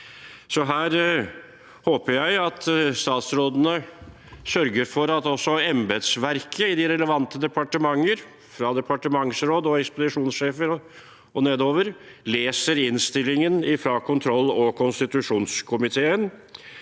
Jeg håper statsrådene sørger for at også embetsverket i de relevante departementer – fra departementsråd og ekspedisjonssjefer og nedover – leser innstillingen fra kontroll- og konstitusjonskomiteen.